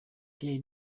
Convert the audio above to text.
pierre